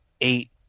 eight